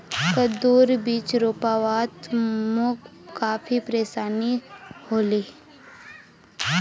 कद्दूर बीज रोपवात मोक काफी परेशानी ह ले